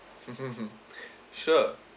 sure